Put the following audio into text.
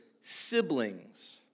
siblings